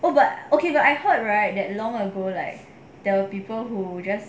oh but okay but I heard right that long ago like there were people who just